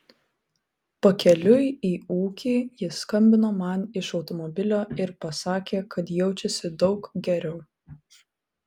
pakeliui į ūkį jis skambino man iš automobilio ir pasakė kad jaučiasi daug geriau